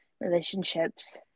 relationships